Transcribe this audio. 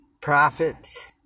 prophets